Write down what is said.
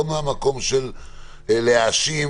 לא מהמקום של להאשים.